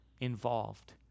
involved